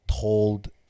told